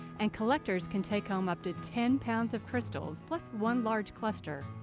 and collectors can take home up to ten pounds of crystals plus one large cluster.